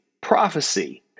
prophecy